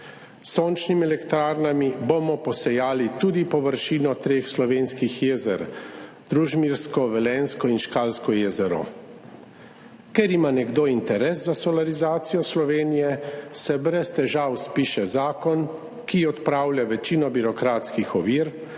sončnimi elektrarnami bomo posejali tudi površino treh slovenskih jezer (Družmirsko, Velenjsko in Škalsko jezero). Ker ima nekdo interes za solarizacijo Slovenije, se brez težav spiše zakon, ki odpravlja večino birokratskih ovir,